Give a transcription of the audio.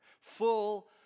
Full